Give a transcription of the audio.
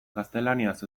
gaztelaniaz